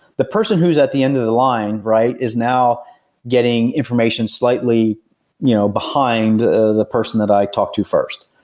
the person who's at the end of the line right is now getting information slightly you know behind the the person that i talked to first.